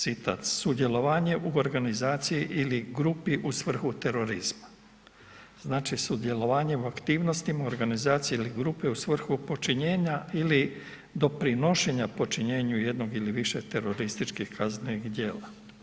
Citat, sudjelovanje u organizaciji ili grupi u svrhu terorizma.“ Znači sudjelovanjem u aktivnostima, organizaciji ili grupi u svrhu počinjenja ili doprinošenja počinjenju jednom ili više terorističkih kaznenih djela.